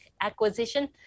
acquisition